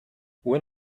when